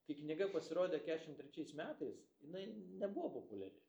kai knyga pasirodė kešimt trečiais metais jinai nebuvo populiari